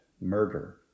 murder